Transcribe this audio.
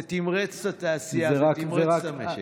זה תמרץ את התעשייה ותמרץ את המשק.